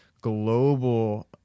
global